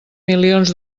milions